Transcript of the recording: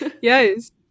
Yes